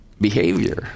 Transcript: behavior